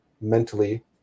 mentally